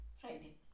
Friday